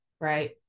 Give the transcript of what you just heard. right